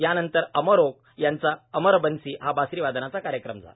यानंतर अमर ओक यांचा अमर बन्सी हा बासरीवादनाचा कार्यक्रम झाला